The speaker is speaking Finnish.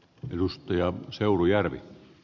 arvoisa herra puhemies